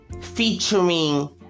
featuring